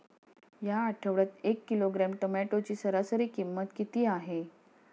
या आठवड्यात एक किलोग्रॅम टोमॅटोची सरासरी किंमत किती आहे?